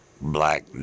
black